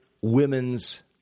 women's